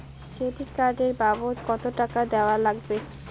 Credit card এর বাবদ কতো টাকা দেওয়া লাগবে?